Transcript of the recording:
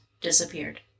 disappeared